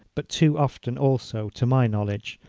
but too often also, to my knowledge,